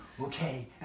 okay